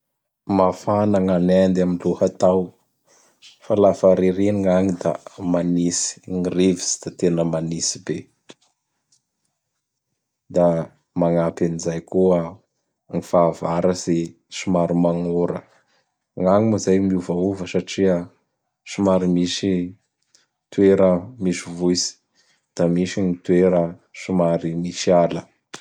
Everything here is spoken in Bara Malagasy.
Mafan gn'a Inde am lohatao; fa lafa ririny gn'agny da manitsy; gny ry rivotsy da tena manitsy be. Da magnampy an'izay koa gny fahavaratsy somary magn'ora. Gn'agny moa zay miovaova satria somary misy toera misy voitsy; da misy gn toera somary misy ala.